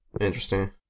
Interesting